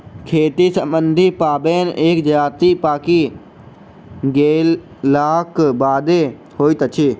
खेती सम्बन्धी पाबैन एक जजातिक पाकि गेलाक बादे होइत अछि